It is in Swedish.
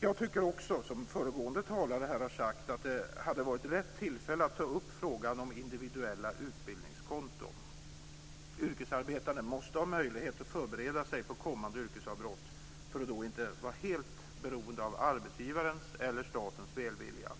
Jag tycker, som föregående talare här har sagt, att det nu hade varit rätta tillfället att ta upp frågan om individuella utbildningskonton. Yrkesarbetande måste ha möjlighet att förbereda sig på kommande yrkesavbrott för att inte vara helt beroende av arbetsgivarens eller statens välvilja.